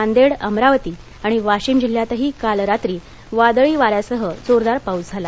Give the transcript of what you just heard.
नांदेड अमरावती आणि वाशिम जिल्ह्यातही काल रात्री वादळी वाऱ्यासह जोरदार पाऊस झाला